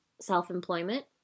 self-employment